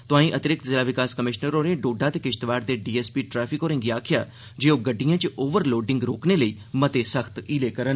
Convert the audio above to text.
तोआई अतिरिक्त जिला विकास कमिषनर होरें डोडा ते किष्तवाड़ दे डीएसपी ट्रैफिक होरेंगी आखेआ जे ओह् गड्डिएं च ओवर लोडिंग रोकने लेई मते सख्त हीले करन